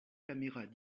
caméras